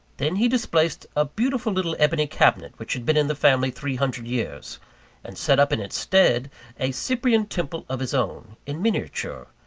then he displaced a beautiful little ebony cabinet which had been in the family three hundred years and set up in its stead a cyprian temple of his own, in miniature,